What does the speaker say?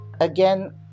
Again